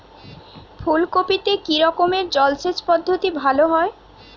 ফুলকপিতে কি রকমের জলসেচ পদ্ধতি ভালো হয়?